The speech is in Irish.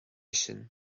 sin